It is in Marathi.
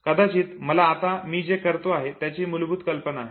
कदाचित मला आता मी जे करतो आहे त्याची मूलभूत कल्पना आहे